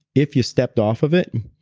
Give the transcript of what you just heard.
if you stepped off of it,